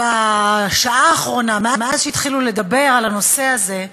בשעה האחרונה, מאז שהתחילו לדבר על הנושא הזה: